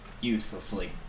uselessly